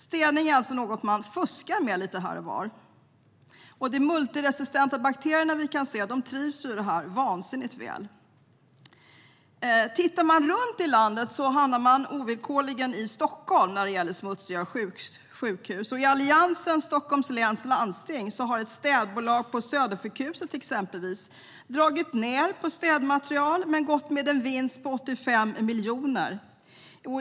Städning är alltså något man fuskar med lite här och var. De multiresistenta bakterierna trivs vansinnigt väl i detta. Tittar man runt i landet hamnar man ovillkorligen i Stockholm när det gäller smutsiga sjukhus. I Alliansens Stockholms läns landsting har exempelvis ett städbolag på Södersjukhuset dragit ned på städmaterial men gått med en vinst på 85 miljoner.